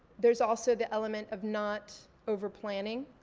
there's also the element of not over planning,